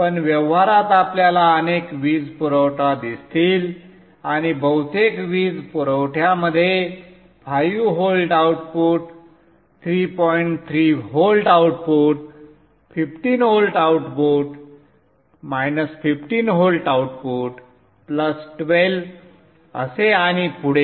पण व्यवहारात आपल्याला अनेक वीज पुरवठा दिसतील आणि बहुतेक वीज पुरवठ्यामध्ये 5 volt output 3 point 3 volt output 15 volt output 15 volt output 12 असे आणि पुढे